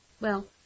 Well